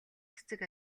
цэцэг